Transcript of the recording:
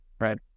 right